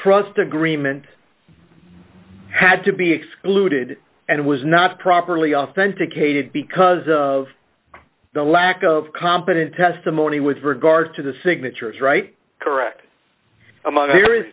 trust agreement had to be excluded and was not properly authenticated because of the lack of competent testimony with regard to the signatures right correct amount he